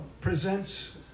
presents